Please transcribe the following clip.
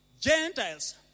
Gentiles